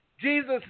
Jesus